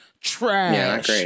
Trash